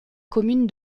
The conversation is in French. commune